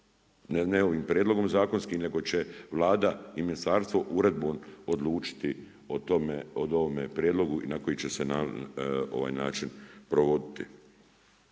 ne ovim prijedlogom zakonskim nego će Vlada i ministarstvo uredbom odlučiti o tome, o ovome prijedlogu i na koji će se način provoditi.